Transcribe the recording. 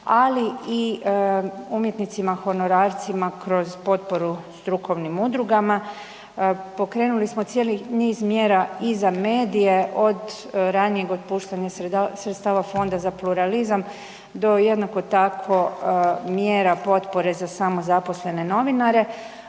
ali i umjetnicima honorarcima kroz potporu strukovnim udrugama. Pokrenuli smo cijeli niz mjera i za medije od ranijeg otpuštanja sredstava Fonda za pluralizam do jednako tako mjera potpore za samozaposlene novinare.